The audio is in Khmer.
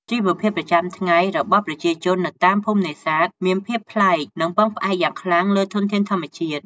ជីវភាពប្រចាំថ្ងៃរបស់ប្រជាជននៅតាមភូមិនេសាទមានភាពប្លែក និងពឹងផ្អែកយ៉ាងខ្លាំងលើធនធានធម្មជាតិ។